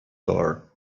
door